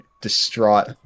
distraught